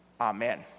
Amen